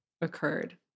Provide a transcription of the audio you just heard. occurred